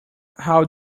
how